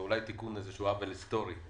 ואולי תיקון איזשהו עוול היסטורי.